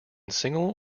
single